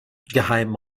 geheimen